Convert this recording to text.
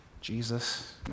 Jesus